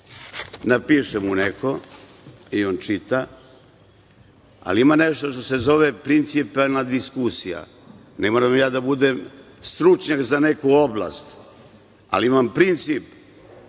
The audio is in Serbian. napiše mu neko i on čita, ali ima nešto što se zove principijelna diskusija. Ne moram ja da budem stručnjak za neku oblast, ali imam princip